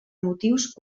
motius